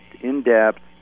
in-depth